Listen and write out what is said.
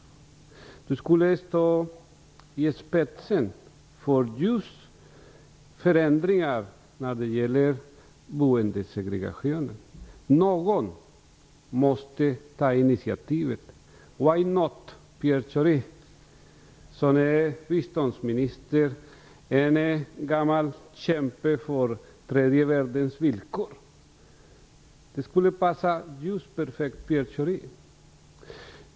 Pierre Schori skulle kunna gå i spetsen för förändringar när det gäller boendesegregationen. Någon måste ta initiativet. Why not Pierre Schori? Han är biståndsminister och en gammal kämpe för förbättrade villkor i tredje världen. Det skulle passa perfekt för Pierre Schori.